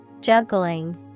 Juggling